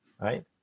right